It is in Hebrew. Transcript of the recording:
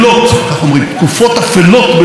תקופות אפלות בתולדות עמנו,